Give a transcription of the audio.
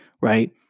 right